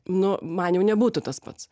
nu man jau nebūtų tas pats